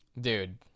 dude